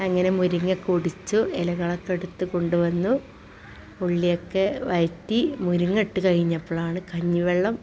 അങ്ങനെ മുരിങ്ങയൊക്കെയൊടിച്ചു ഇലകളൊക്കെ എടുത്തു കൊണ്ടുവന്നു ഉള്ളിയൊക്കെ വഴറ്റി മുരിങ്ങയിട്ട് കഴിഞ്ഞപ്പോഴാണ് കഞ്ഞിവെള്ളം